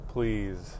Please